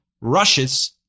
Rushes